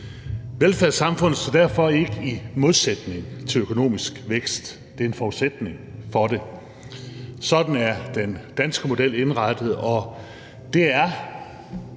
Velfærdssamfundet står derfor ikke i modsætning til økonomisk vækst – det er en forudsætning for det. Sådan er den danske model indrettet,